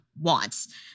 wants